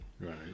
Right